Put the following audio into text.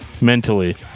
Mentally